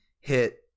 hit